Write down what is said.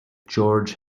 george